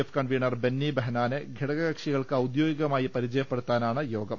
F convener Benny ബെഹനാനെ ഘടകകക്ഷികൾക്ക് ഔദ്യോഗികമായി പരിചയപ്പെടുത്താനാണ് യോഗം